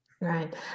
Right